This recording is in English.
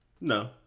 No